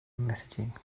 messaging